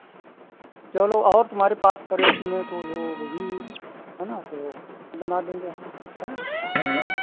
चलो और तुम्हारे पास प्रश्न कोई हो वही है ना तो बना देंगे हम हें